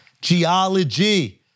Geology